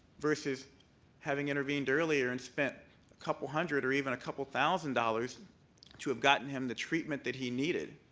versus having intervened earlier and spent a couple hundred or even a couple thousand dollars to have gotten him the treatment that he needed.